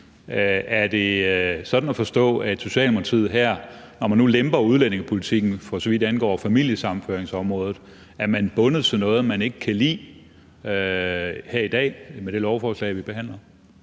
Er det sådan at forstå, at Socialdemokratiet her, når man nu lemper udlændingepolitikken for så vidt angår familiesammenføringområdet, er bundet til noget, som man ikke kan lide, med det lovforslag, vi behandler